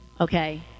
okay